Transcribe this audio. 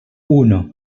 uno